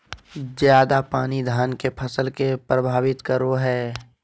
ज्यादा पानी धान के फसल के परभावित करो है?